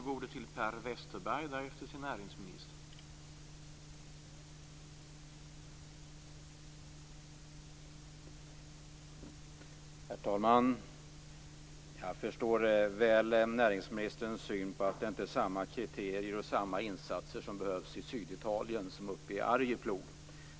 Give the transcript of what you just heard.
Herr talman! Jag förstår väl näringsministerns syn på att det inte är samma kriterier och samma insatser som behövs i Syditalien som uppe i Arjeplog.